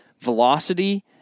velocity